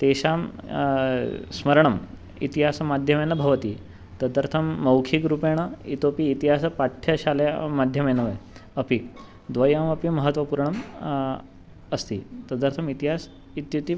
तेषां स्मरणम् इतिहासमाध्यमेन भवति तदर्थं मौखिकरूपेण इतोपि इतिहासपाठ्यशालामाध्यमेनैव अपि द्वयमपि महत्त्वपूर्णम् अस्ति तदर्थम् इतिहासः इत्युक्ते